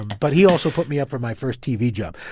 but he also put me up for my first tv job.